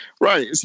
Right